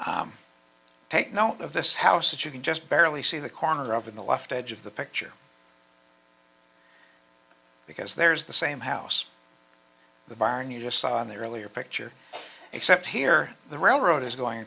of this house that you can just barely see the corner over the left edge of the picture because there's the same house the barn you just saw on the earlier picture except here the railroad is going